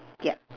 yeah